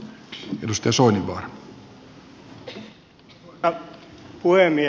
arvoisa puhemies